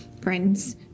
friends